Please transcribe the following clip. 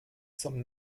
zum